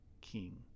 king